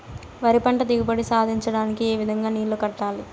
వరి పంట దిగుబడి సాధించడానికి, ఏ విధంగా నీళ్లు కట్టాలి?